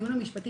והדיון המשפטי